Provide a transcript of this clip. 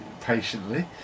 patiently